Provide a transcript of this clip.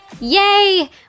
Yay